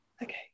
Okay